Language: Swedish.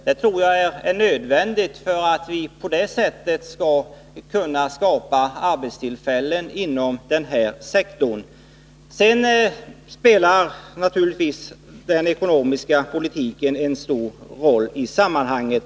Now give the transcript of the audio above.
Det tror också jag är nödvändigt för att kunna skapa arbetstillfällen inom denna sektor. Den ekonomiska politiken spelar naturligtvis en stor roll i sammanhanget.